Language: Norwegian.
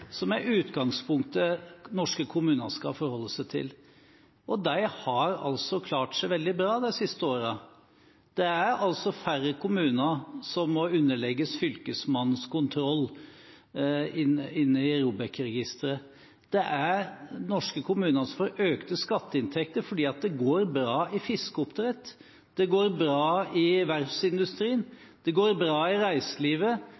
som er utgangspunktet norske kommuner skal forholde seg til. De har altså klart seg veldig bra de siste årene. Det er færre kommuner som må underlegges Fylkesmannens kontroll, i ROBEK-registeret. Norske kommuner får økte skatteinntekter fordi det går bra innen fiskeoppdrett, fordi det går bra i verftsindustrien, fordi det går bra i